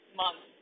month